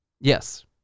Yes